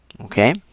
Okay